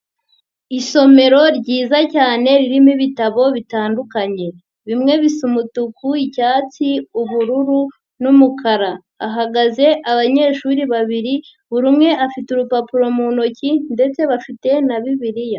Isomero ryiza cyane ririmo ibitabo bitandukanye, bimwe bisa umutuku, icyatsi, ubururu n'umukara, ahagaze abanyeshuri babiri buri umwe afite urupapuro mu ntoki ndetse bafite na bibiliya.